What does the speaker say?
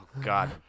God